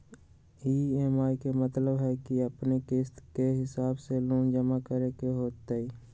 EMI के मतलब है कि अपने के किस्त के हिसाब से लोन जमा करे के होतेई?